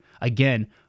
Again